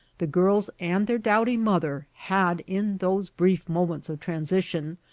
the girls and their dowdy mother had, in those brief moments of transition,